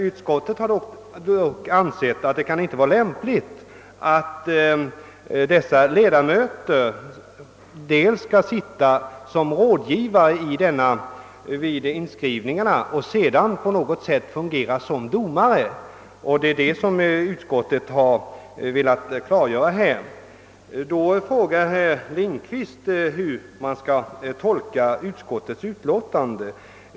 Utskottet har dock ansett att det inte kan vara lämpligt att dessa ledamöter dels skall sitta som rådgivare vid inskrivningarna och dels på något sätt skall fungera som domare. Det är detta som utskottet har velat klargöra här. Då frågar herr Lindkvist, hur man skall tolka utskottets utlåtande.